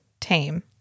tame